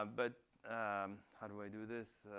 um but how do i do this?